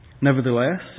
Nevertheless